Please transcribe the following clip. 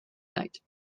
night